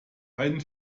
einen